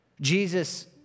Jesus